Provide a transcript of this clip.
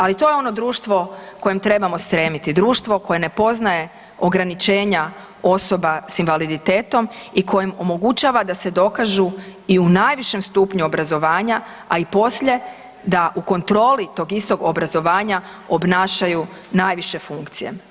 Ali to je ono društvo kojem trebamo stremiti, društvo koje ne poznaje ograničenja osoba s invaliditetom i koje im omogućava da se dokažu i u najvišem stupnju obrazovanja, a i poslije da u kontroli tog istog obrazovanja obnašaju najviše funkcije.